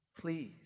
Please